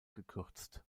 gekürzt